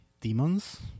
demons